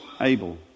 Abel